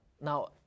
Now